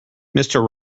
mister